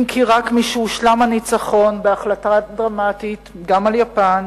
אם כי רק משהושלם הניצחון בהחלטה דרמטית גם על יפן